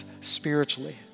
spiritually